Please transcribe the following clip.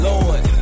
Lord